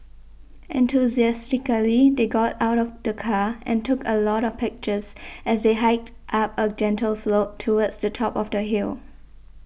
enthusiastically they got out of the car and took a lot of pictures as they hiked up a gentle slope towards the top of the hill